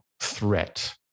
threat